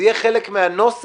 זה יהיה חלק מהנוסח,